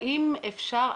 האם אפשר,